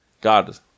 God